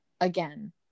Again